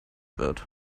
wird